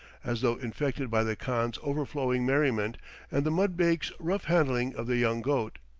as though infected by the khan's overflowing merriment and the mudbake's rough handling of the young goat.